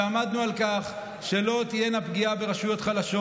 עמדנו על כך שלא תהיה פגיעה ברשויות חלשות.